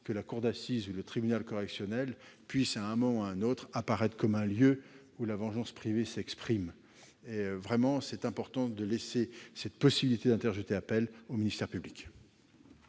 que la cour d'assises ou le tribunal correctionnel apparaissent à un moment ou à un autre comme un lieu où la vengeance privée s'exprime. Il est vraiment important de laisser la possibilité d'interjeter appel au ministère public.